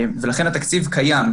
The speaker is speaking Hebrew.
ולכן התקציב קיים,